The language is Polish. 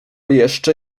jeszcze